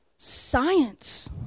Science